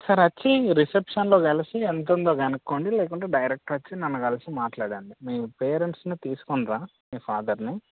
ఒకసారి వచ్చి రిసెప్షన్లో కలిసి ఎంత ఉందో కనుక్కోండి లేకుంటే డైరెక్ట్ వచ్చి నన్ను కలిసి మాట్లాడండి మీ పేరెంట్స్ని తీసుకొనిరా మీ ఫాదర్ని